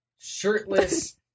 shirtless